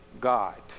God